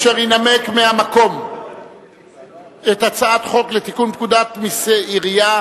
אשר ינמק מהמקום את הצעת חוק לתיקון פקודת מסי העירייה